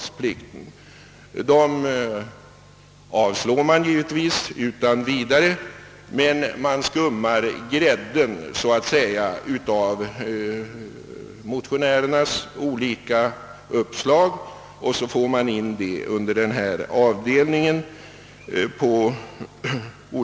Dessa avslår man givetvis utan vidare, men man så att säga skummar grädden av motionärernas uppslag och får på olika sätt in det i denna avdelning.